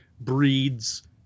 breeds